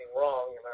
wrong